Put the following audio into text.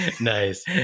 nice